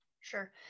Sure